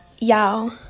Y'all